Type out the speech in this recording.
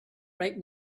right